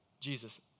Jesus